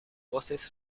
voces